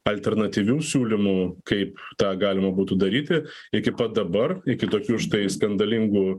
alternatyvių siūlymų kaip tą galima būtų daryti iki pat dabar iki tokių štai skandalingų